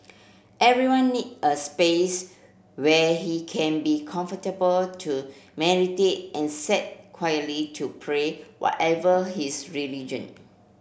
everyone need a space where he can be comfortable to meditate and sat quietly to pray whatever his religion